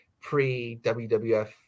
pre-WWF